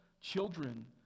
children